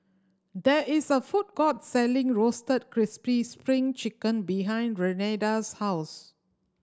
there is a food court selling Roasted Crispy Spring Chicken behind Renada's house